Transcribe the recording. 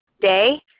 day